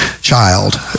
child